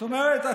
זאת אומרת,